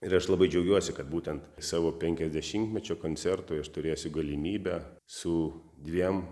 ir aš labai džiaugiuosi kad būtent savo penkiasdešimtmečio koncertui aš turėsiu galimybę su dviem